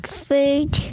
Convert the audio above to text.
food